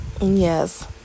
yes